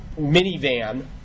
minivan